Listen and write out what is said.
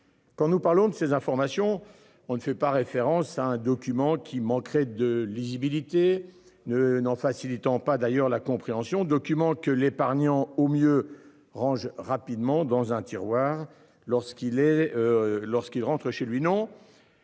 Quand nous parlons de ces informations, on ne fait pas référence à un document qui manqueraient de lisibilité ne n'en facilitant pas d'ailleurs la compréhension document que l'épargnant au mieux range rapidement dans un tiroir lorsqu'il est. Lorsqu'il rentre